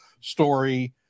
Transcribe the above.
story